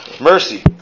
Mercy